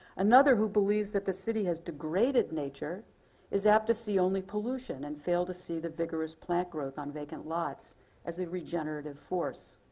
another who believes that the city has degraded nature is apt to see only pollution and fail to see the vigorous plant growth on vacant lots as a regenerative force.